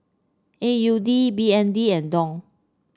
A U D B N D and Dong